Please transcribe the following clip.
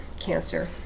Cancer